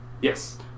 Yes